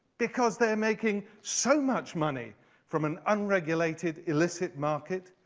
because they're making so much money from an unregulated, illicit market.